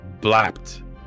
blapped